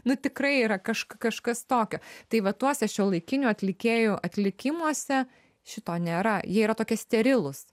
nu tikrai yra kažk kažkas tokio tai va tuose šiuolaikinių atlikėjų atlikimuose šito nėra jie yra tokie sterilūs